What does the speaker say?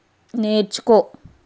నేర్చుకో